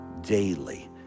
daily